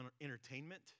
entertainment